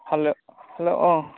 हेल' हेल' अ